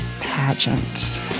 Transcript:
pageant